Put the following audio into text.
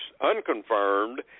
unconfirmed